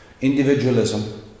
Individualism